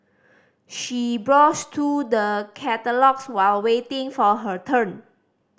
she browsed through the catalogues while waiting for her turn